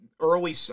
early